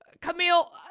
Camille